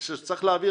שצריך להעביר